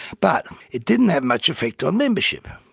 but it didn't have much effect on membership,